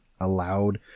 allowed